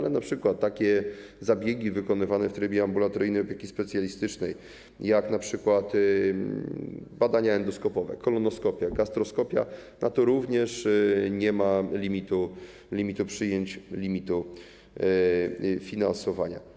Jeśli chodzi o takie zabiegi wykonywane w trybie ambulatoryjnej opieki specjalistycznej jak np. badania endoskopowe, kolonoskopia, gastroskopia - na to również nie ma limitu przyjęć, limitu finansowania.